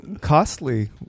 costly